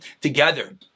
together